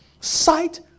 Sight